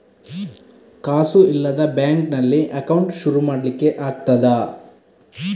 ಕಾಸು ಇಲ್ಲದ ಬ್ಯಾಂಕ್ ನಲ್ಲಿ ಅಕೌಂಟ್ ಶುರು ಮಾಡ್ಲಿಕ್ಕೆ ಆಗ್ತದಾ?